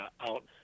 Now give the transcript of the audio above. out